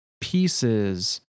pieces